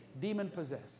demon-possessed